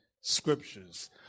scriptures